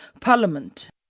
Parliament